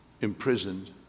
imprisoned